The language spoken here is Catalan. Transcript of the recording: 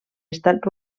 estat